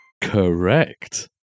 Correct